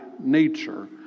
nature